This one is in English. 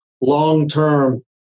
long-term